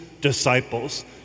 disciples